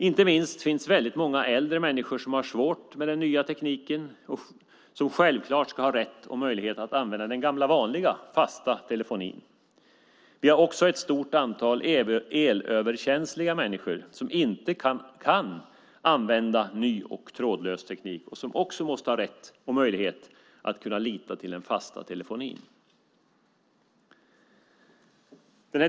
Inte minst finns väldigt många äldre människor som har svårt med den nya tekniken och som självklart ska ha rätt och möjlighet att använda den gamla vanliga fasta telefonen. Det finns också ett stort antal elöverkänsliga människor som inte kan använda ny och trådlös teknik och som också måste ha rätt och möjlighet att lita till den fasta telefonin.